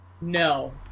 No